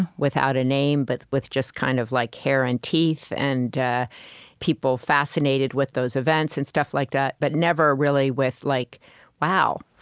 without a name but with just kind of like hair and teeth and people were fascinated with those events and stuff like that, but never really with, like wow,